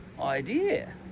idea